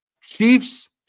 Chiefs